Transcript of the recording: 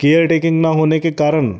caretaking ना होने के कारण